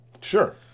sure